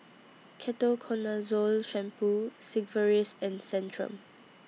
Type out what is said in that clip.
Ketoconazole Shampoo Sigvaris and Centrum